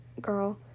girl